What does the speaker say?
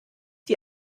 die